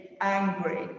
angry